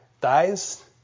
dies